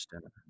dinner